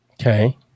okay